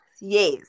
Yes